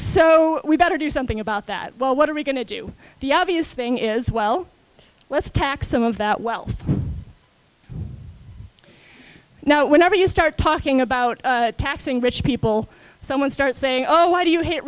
so we better do something about that well what are we going to do the obvious thing is well let's tax some of that well now whenever you start talking about taxing rich people someone start saying oh why do you hate